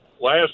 last